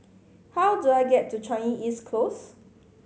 how do I get to Changi East Close